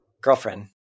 Girlfriend